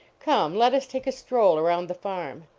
come, let us take a stroll around the farm.